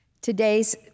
Today's